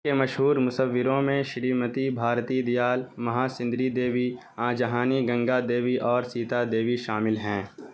کے مشہور مصوروں میں شریمتی بھارتی دیال مہاسندری دیوی آنجہانی گنگا دیوی اور سیتا دیوی شامل ہیں